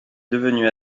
devenue